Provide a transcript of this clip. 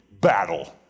battle